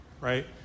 right